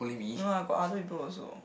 no lah got other people also